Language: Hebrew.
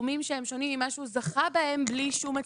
סכומים שהם שונים ממה שהוא זכה בהם בלי שום הצדקה.